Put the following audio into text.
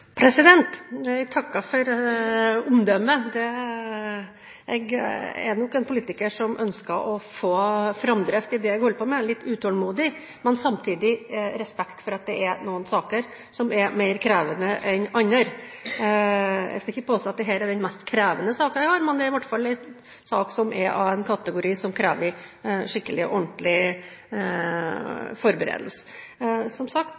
Jeg takker for omdømmet. Jeg er nok en politiker som ønsker å få framdrift i det jeg holder på med. Jeg er litt utålmodig, men samtidig har jeg respekt for at det er noen saker som er mer krevende enn andre. Jeg skal ikke påstå at dette er den mest krevende saken jeg har, men det er i hvert fall en sak som er av en kategori som krever skikkelig og ordentlig forberedelse. Som sagt